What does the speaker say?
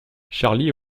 charlie